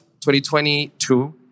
2022